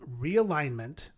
realignment